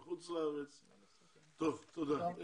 טוב, תודה.